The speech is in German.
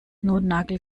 notnagel